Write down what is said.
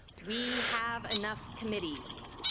we have enough committees.